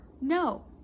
no